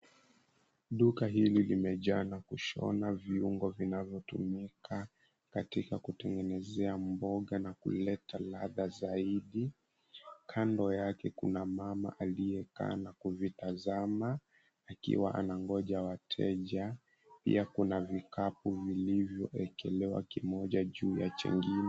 Duka hili limejaa na kushona viungo vinavyotumika katika kutengenezea mboga na kuleta ladha zaidi. Kando yake kuna mama aliyekaa na kuvitazama akiwa anangoja wateja. Pia Kuna vikapu vilivyoekelewa kimoja juu ya jingine.